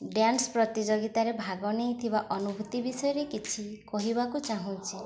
dance ପ୍ରତିଯୋଗିତାରେ ଭାଗ ନେଇଥିବା ଅନୁଭୂତି ବିଷୟରେ କିଛି କହିବାକୁ ଚାହୁଁଛି